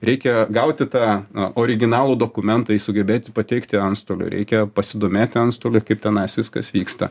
reikia gauti tą originalų dokumentą jį sugebėti pateikti antstoliui reikia pasidomėti antstoliui kaip tenais viskas vyksta